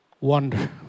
wonder